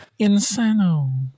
Insano